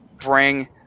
bring